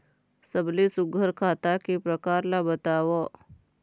सबले सुघ्घर खाता के प्रकार ला बताव?